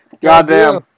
Goddamn